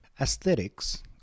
Aesthetics